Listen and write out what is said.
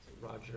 Roger